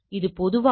இது பொதுவாக என்